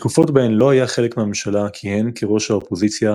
בתקופות בהן לא היה חלק מהממשלה כיהן כראש האופוזיציה,